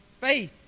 faith